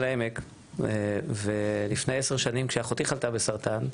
העמק ולפני עשר שנים כשאחותי חלתה בסרטן,